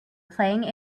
playing